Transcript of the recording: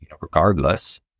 regardless